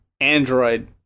Android